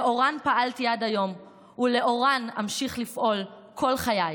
שלאורן פעלתי עד היום ולאורן אמשיך לפעול כל חיי.